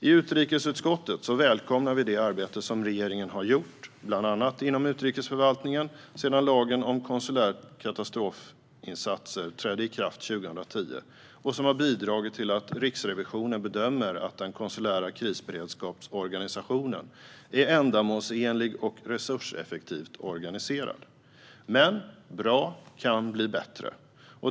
I utrikesutskottet välkomnar vi det arbete som regeringen har gjort bland annat inom utrikesförvaltningen sedan lagen om konsulära katastrofinsatser trädde i kraft 2010 och som har bidragit till att Riksrevisionen bedömer att den konsulära krisberedskapsorganisationen är ändamålsenlig och resurseffektivt organiserad. Men bra kan bli bättre.